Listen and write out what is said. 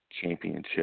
championship